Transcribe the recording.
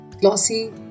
glossy